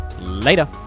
Later